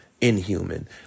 inhuman